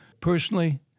Personally